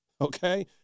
okay